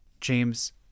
James